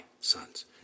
sons